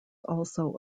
also